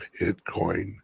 Bitcoin